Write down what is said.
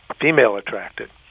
female-attracted